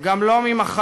25